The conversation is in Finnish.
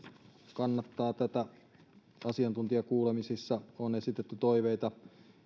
kannattaa tätä asiantuntijakuulemisissa on esitetty toiveita